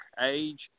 age